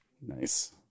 Nice